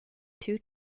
two